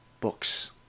books